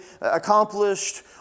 accomplished